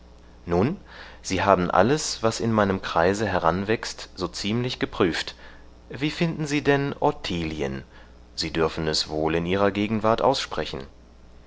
nun sie haben alles was in meinem kreise heranwächst so ziemlich geprüft wie finden sie denn ottilien sie dürfen es wohl in ihrer gegenwart aussprechen